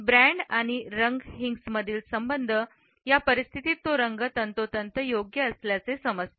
brand आणि रंग हिंग्जमधील संबंध या परिस्थितीत तो रंग तंतोतंत योग्य असल्याचे समजते